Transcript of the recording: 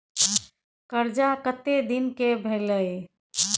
कर्जा कत्ते दिन के भेलै?